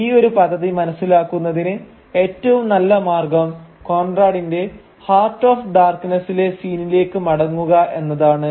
ഈ ഒരു പദ്ധതി മനസ്സിലാക്കുന്നതിന് ഏറ്റവും നല്ല മാർഗ്ഗം കോൺറാഡ്ന്റെ ഹാർട്ട് ഓഫ് ഡാർക്നസ്സിലെ സീനിലേക്ക് മടങ്ങുക എന്നതാണ്